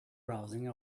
browsing